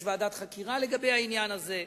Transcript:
יש ועדת חקירה לעניין הזה.